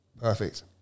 Perfect